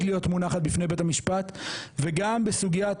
להיות מונחת בפני בית המשפט וגם בסוגיית,